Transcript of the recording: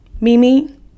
Mimi